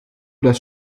das